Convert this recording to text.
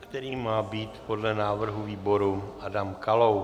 kterým má být podle návrhu výboru Adam Kalous.